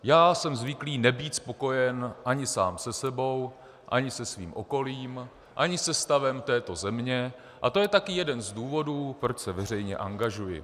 Já jsem zvyklý nebýt spokojen ani sám se sebou, ani se svým okolím, ani se stavem této země a to je taky jeden z důvodů, proč se veřejně angažuji.